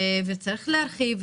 וצריך להרחיב,